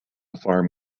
farm